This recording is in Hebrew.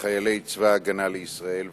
לחיילי צבא-הגנה לישראל,